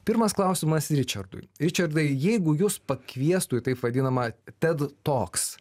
pirmas klausimas ričardui ričardai jeigu jus pakviestų į taip vadinamą ted talks